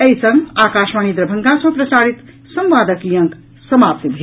एहि संग आकाशवाणी दरभंगा सँ प्रसारित संवादक ई अंक समाप्त भेल